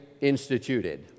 instituted